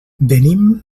venim